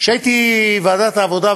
כשהייתי בוועדת העבודה,